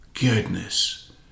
Goodness